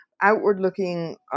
outward-looking